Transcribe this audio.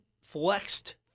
flexed